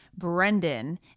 Brendan